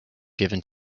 given